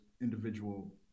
individual